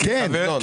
כן.